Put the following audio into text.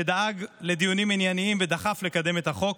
שדאג לדיונים עניינים ודחף לקדם את החוק,